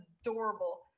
adorable